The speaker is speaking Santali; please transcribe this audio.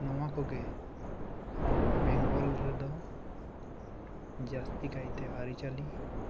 ᱱᱚᱣᱟᱠᱩᱜᱤ ᱵᱮᱝᱜᱚᱞ ᱨᱮᱫᱚ ᱡᱟᱹᱥᱛᱤ ᱠᱟᱭᱛᱮ ᱟᱹᱨᱤ ᱪᱟᱹᱞᱤ